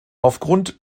aufgrund